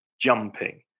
jumping